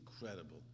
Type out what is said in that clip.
incredible